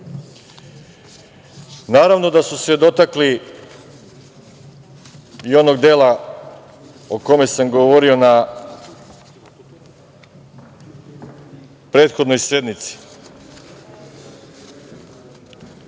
Naravno da su se dotakli i onog dela o kome sam govorio na prethodnoj sednici. Šta